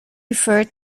referred